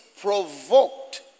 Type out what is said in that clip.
provoked